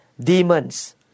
demons